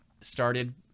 started